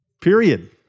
Period